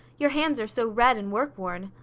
your hands are so red and work-worn.